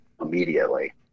immediately